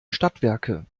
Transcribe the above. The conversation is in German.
stadtwerke